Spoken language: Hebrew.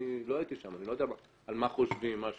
אני לא הייתי שאיני יודע על מה אתם חושבים ומה השיקולים.